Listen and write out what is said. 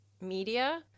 media